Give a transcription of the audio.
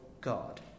God